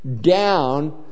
down